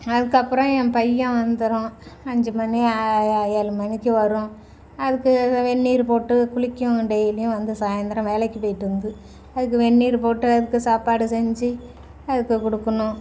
அதுக்கப்புறோம் என் பையன் வந்துடும் அஞ்சு மணி ஏ ஏழு மணிக்கு வரும் அதுக்கு வெ வெந்நீர் போட்டு குளிக்கும் டெய்லியும் வந்து சாயந்தரம் வேலைக்கு போய்ட்டு வந்து அதுக்கு வெந்நீர் போட்டு அதுக்கு சாப்பாடு செஞ்சு அதுக்கு கொடுக்கணும்